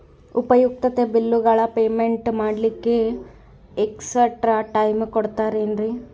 ಉಪಯುಕ್ತತೆ ಬಿಲ್ಲುಗಳ ಪೇಮೆಂಟ್ ಮಾಡ್ಲಿಕ್ಕೆ ಎಕ್ಸ್ಟ್ರಾ ಟೈಮ್ ಕೊಡ್ತೇರಾ ಏನ್ರಿ?